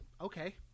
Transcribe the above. okay